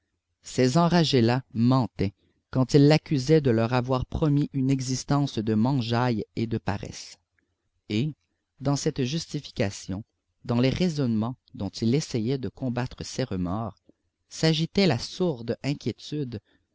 ces enragés là mentaient quand ils l'accusaient de leur avoir promis une existence de mangeaille et de paresse et dans cette justification dans les raisonnements dont il essayait de combattre ses remords s'agitait la sourde inquiétude